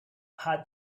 had